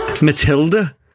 Matilda